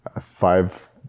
five